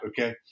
Okay